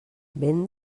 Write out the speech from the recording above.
vent